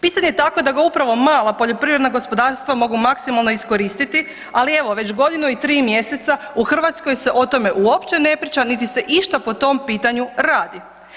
Pisan je tako da ga upravo mala poljoprivredna gospodarstva mogu maksimalno iskoristiti, ali evo već godinu i 3 mjeseca u Hrvatskoj se o tome uopće ne priča niti se išta po tom pitanju radi.